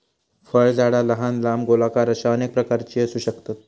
फळझाडा लहान, लांब, गोलाकार अश्या अनेक प्रकारची असू शकतत